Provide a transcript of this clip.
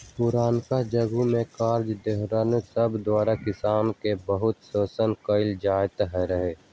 पुरनका जुग में करजा देनिहार सब द्वारा किसान के बहुते शोषण कएल जाइत रहै